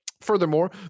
Furthermore